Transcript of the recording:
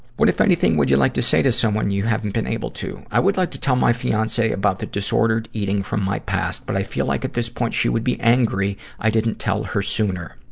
what, if anything, would you like to say to someone you haven't been able to? i would like to tell my fiance about the disordered eating from my past, but i feel like at this point she would be angry i didn't tell her sooner.